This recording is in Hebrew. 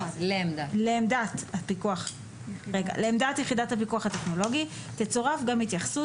לעמדת יחידת הפיקוח הטכנולוגי תצורף גם התייחסות